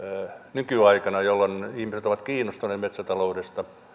nykyaikana jolloin ihmiset ovat kiinnostuneet metsätaloudesta